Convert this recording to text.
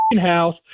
house